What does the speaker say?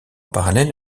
parallèle